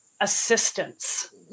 assistance